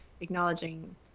acknowledging